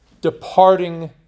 departing